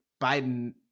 Biden